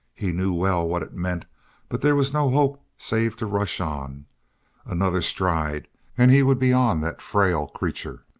he knew well what it meant but there was no hope save to rush on another stride and he would be on that frail creature,